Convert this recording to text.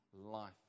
life